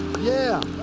yeah.